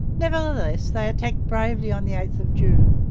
nevertheless they attacked bravely on the eighth of june.